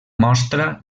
mostra